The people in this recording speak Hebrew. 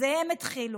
'זה הם התחילו',